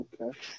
Okay